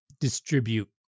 distribute